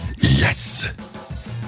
Yes